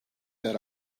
that